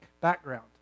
background